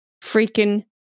freaking